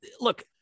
look